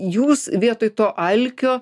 jūs vietoj to alkio